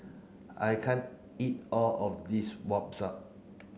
I can't eat all of this